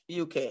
UK